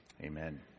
Amen